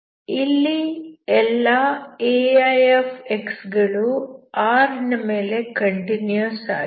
ಇಲ್ಲಿ ಎಲ್ಲಾ ai ಗಳೂ ℝ ನ ಮೇಲೆ ಕಂಟಿನ್ಯೂಸ್ ಆಗಿವೆ